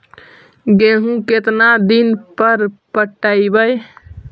गेहूं केतना दिन पर पटइबै?